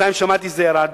בינתיים שמעתי שזה ירד.